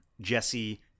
Jesse